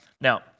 Now